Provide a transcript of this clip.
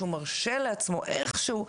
שהוא מרשה לעצמו איך שהוא,